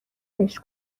بهش